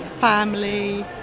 family